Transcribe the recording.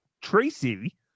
Tracy